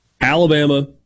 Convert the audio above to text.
Alabama